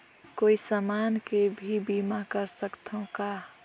कोई समान के भी बीमा कर सकथव का?